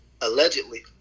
Allegedly